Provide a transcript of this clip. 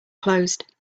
closed